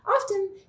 Often